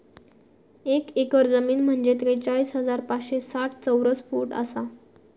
एक एकर जमीन म्हंजे त्रेचाळीस हजार पाचशे साठ चौरस फूट आसा